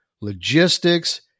logistics